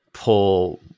pull